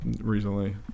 recently